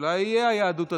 אולי תהיה היהדות הדתית,